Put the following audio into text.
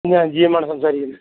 ഞാൻ ജി എമ്മാണ് സംസാരിക്കുന്നെ